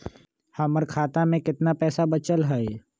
हमर खाता में केतना पैसा बचल हई?